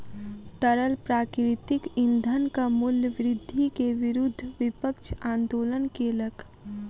तरल प्राकृतिक ईंधनक मूल्य वृद्धि के विरुद्ध विपक्ष आंदोलन केलक